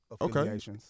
Okay